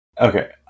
Okay